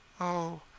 Oh